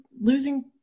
losing